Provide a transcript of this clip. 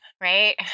right